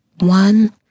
one